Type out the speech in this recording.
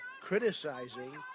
criticizing